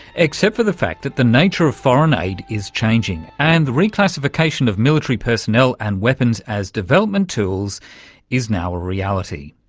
except for the fact that the nature of foreign aid is changing, and the reclassification of military personnel and weapons as development tools is now a reality.